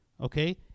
okay